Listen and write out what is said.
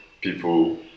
people